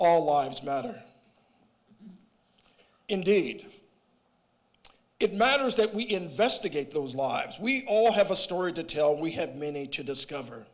our lives matter indeed it matters that we investigate those lives we all have a story to tell we had many to discover